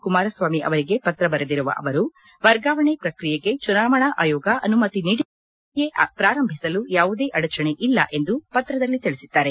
ಕುಮಾರಸ್ವಾಮಿ ಅವರಿಗೆ ಪತ್ರ ಬರೆದಿರುವ ಅವರು ವರ್ಗಾವಣೆ ಪ್ರಕ್ರಿಯೆಗೆ ಚುನಾವಣಾ ಆಯೋಗ ಅನುಮತಿ ನೀಡಿರುವುದರಿಂದ ಪ್ರಕ್ರಿಯೆ ಪ್ರಾರಂಬಿಸಲು ಯಾವುದೇ ಅಡಚಣೆ ಇಲ್ಲ ಎಂದು ಪತ್ರದಲ್ಲಿ ತಿಳಿಸಿದ್ದಾರೆ